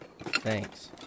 thanks